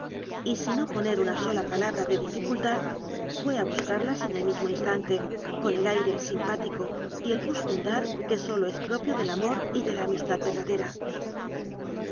y sin oponer una sola palabra de dificultad fué a buscarlas en el mismo instante con el aire simpático y el gusto en dar que sólo es propio del amor y de la amistad verdadera